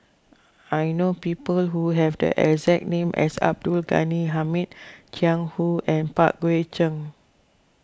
I know people who have the exact name as Abdul Ghani Hamid Jiang Hu and Pang Guek Cheng